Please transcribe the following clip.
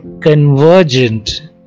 convergent